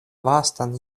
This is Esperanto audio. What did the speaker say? vastan